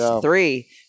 Three